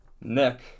Nick